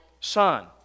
son